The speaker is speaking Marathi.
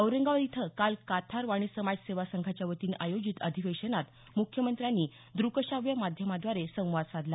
औरंगाबाद इथं काल काथार वाणी समाज सेवा संघाच्या वतीनं आयोजित अधिवेशनात मुख्यमंत्र्यांनी द्रकश्राव्य माध्यमाद्वारे संवाद साधला